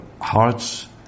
hearts